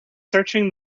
searching